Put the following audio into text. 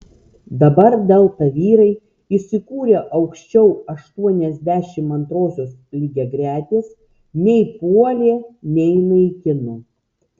dabar delta vyrai įsikūrę aukščiau aštuoniasdešimt antrosios lygiagretės nei puolė nei naikino